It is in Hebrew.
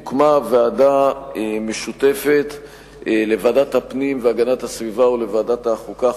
הוקמה ועדה משותפת לוועדת הפנים והגנת הסביבה ולוועדת החוקה,